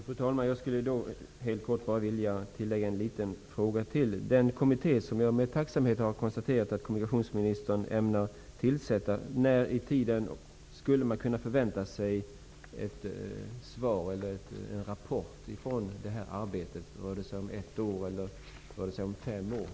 Fru talman! Jag skulle helt kort vilja tillägga ännu en fråga. Jag har med tacksamhet konstaterat att kommunikationsministern ämnar tillsätta en kommitté. När i tiden skulle man kunna förvänta sig en rapport från arbetet? Rör det sig om ett år eller fem år framåt i tiden?